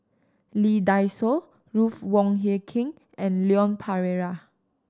Lee Dai Soh Ruth Wong Hie King and Leon Perera